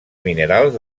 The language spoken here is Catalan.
minerals